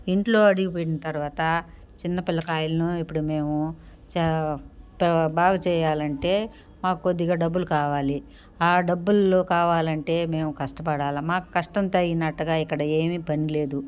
ఇంట్లో అడుగు పెట్టిన తర్వాత చిన్న పిల్లకాయలను ఇప్పుడు మేము చే పా బాగు చేయాలంటే మాకు కొద్దిగా డబ్బులు కావాలి డబ్బులు కావాలంటే మేము కష్టపడాల మాకు కష్టం తగినట్టుగా ఇక్కడ ఏమీ పని లేదు